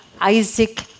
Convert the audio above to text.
Isaac